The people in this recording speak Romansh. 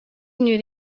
gnü